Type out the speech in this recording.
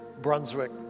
Brunswick